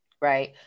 right